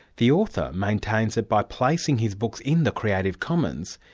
the author maintains that by placing his books in the creative commons,